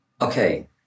Okay